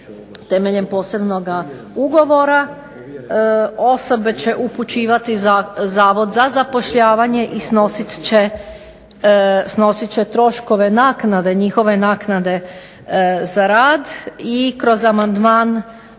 temeljem posebnog ugovora. Osobe će upućivati Zavod za zapošljavanje i snosit će troškove njihove naknade za rad i kroz amandman